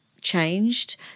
changed